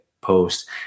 post